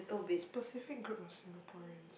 specific group of Singaporeans